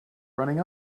running